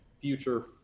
future –